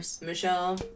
Michelle